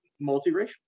Multiracial